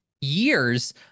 years